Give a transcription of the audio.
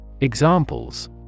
Examples